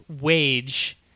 wage